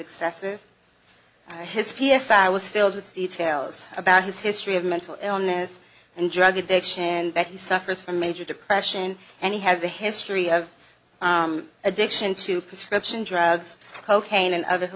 excessive his p s i i was filled with details about his history of mental illness and drug addiction and that he suffers from major depression and he has a history of addiction to prescription drugs cocaine and other